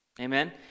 amen